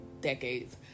decades